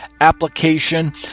application